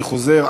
אני חוזר,